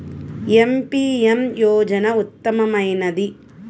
ఏ PM యోజన ఉత్తమమైనది?